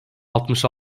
altmış